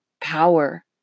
power